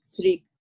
three